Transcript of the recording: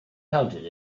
counted